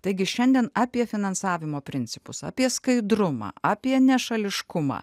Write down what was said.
taigi šiandien apie finansavimo principus apie skaidrumą apie nešališkumą